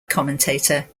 commentator